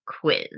quiz